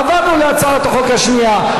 עברנו להצעת החוק השנייה.